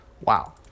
Wow